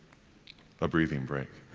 a breathing break.